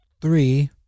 three